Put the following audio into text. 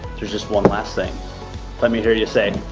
there's just one last thing let me hear you say